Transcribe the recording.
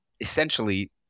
essentially